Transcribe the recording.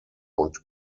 und